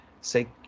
say